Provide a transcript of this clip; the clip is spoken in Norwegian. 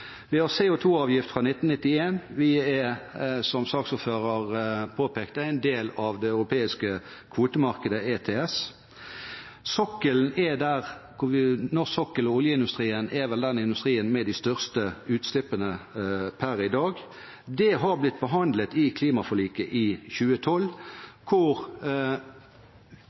fra 1991. Vi er, som saksordføreren påpekte, en del av det europeiske kvotemarkedet ETS. Norsk sokkel og oljeindustrien er vel industrien med de største utslippene per i dag. Dette ble behandlet i forbindelse med klimaforliket i 2012, hvor